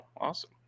awesome